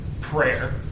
prayer